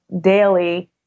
daily